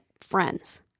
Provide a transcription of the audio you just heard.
friends